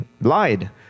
lied